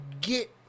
get